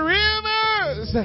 rivers